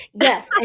Yes